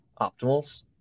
optimals